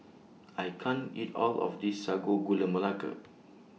I can't eat All of This Sago Gula Melaka